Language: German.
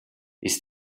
ist